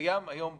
שקיים היום בחוק.